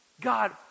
God